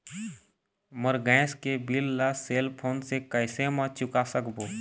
मोर gas के bill ला cell phone से कैसे म चुका सकबो?